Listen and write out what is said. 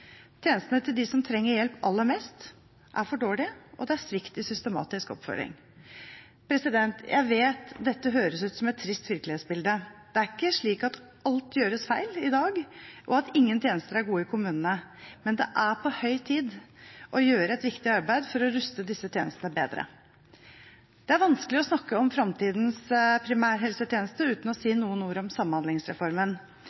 Tjenestene til dem som trenger hjelp aller mest, er for dårlige, og det er svikt i systematisk oppfølging. Jeg vet dette høres ut som et trist virkelighetsbilde. Det er ikke slik at alt gjøres feil i dag og at ingen tjenester er gode i kommunene, men det er på høy tid å gjøre et viktig arbeid for å ruste disse tjenestene bedre. Det er vanskelig å snakke om framtidens primærhelsetjeneste uten å si noen ord om Samhandlingsreformen.